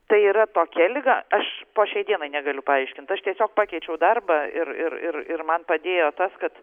tai yra tokia liga aš po šiai dienai negaliu paaiškint aš tiesiog pakeičiau darbą ir ir ir ir man padėjo tas kad